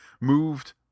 moved